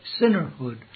sinnerhood